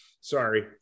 sorry